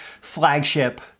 flagship